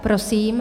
Prosím.